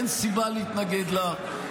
אין סיבה להתנגד לה.